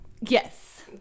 Yes